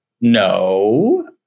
No